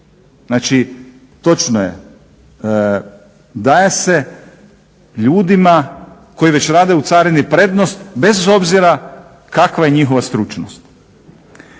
Znači točno je daje se ljudima koji već rade u carini prednost bez obzira kakva je njihova stručnost.